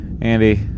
Andy